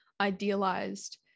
idealized